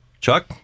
Chuck